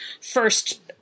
first